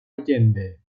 allende